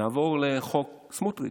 נעבור לחוק סמוטריץ'.